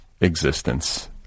existence